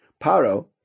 Paro